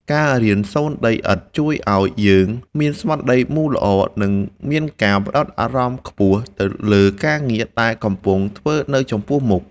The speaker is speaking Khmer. ការរៀនសូនដីឥដ្ឋជួយឱ្យយើងមានស្មារតីមូលល្អ និង មានការផ្ដោតអារម្មណ៍ខ្ពស់ទៅលើការងារដែលកំពុងធ្វើនៅចំពោះមុខ។